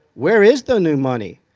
where is the new money.